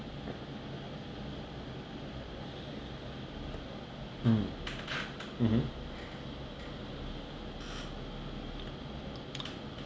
mm mmhmm